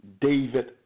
David